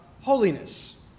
holiness